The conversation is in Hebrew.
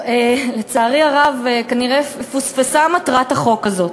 לצערי הרב, כנראה פוספסה מטרת החוק הזה,